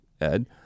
Ed